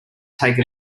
take